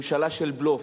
ממשלה של בלוף,